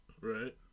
Right